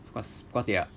because cause they are